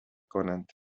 کنند